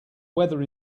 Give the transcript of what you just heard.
weather